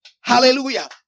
Hallelujah